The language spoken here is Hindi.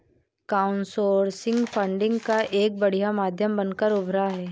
क्राउडसोर्सिंग फंडिंग का एक बढ़िया माध्यम बनकर उभरा है